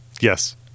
Yes